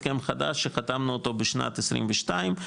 הסכם חדש שחתמנו אותו בשנת 2022,